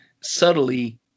subtly